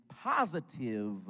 positive